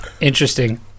Interesting